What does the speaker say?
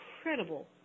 incredible